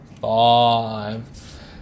Five